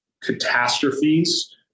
catastrophes